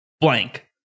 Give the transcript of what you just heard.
Blank